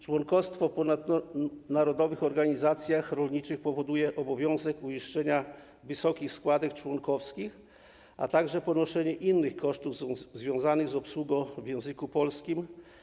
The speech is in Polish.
Członkostwo w ponadnarodowych organizacjach rolniczych powoduje obowiązek uiszczania wysokich składek członkowskich, a także ponoszenia innych kosztów związanych z obsługą w języku polskim.